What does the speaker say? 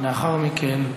לאחר מכן,